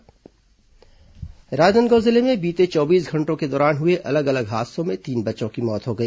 हादसा राजनादगांव जिले में बीते चौबीस घंटों के दौरान हुए अलग अलग हादसों में तीन बच्चों की मौत हो गई